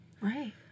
Right